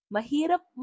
Mahirap